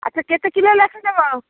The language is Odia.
ଆଚ୍ଛା କେତେ କିଲୋ ଲେଖାଁ ନେବ